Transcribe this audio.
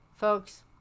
folks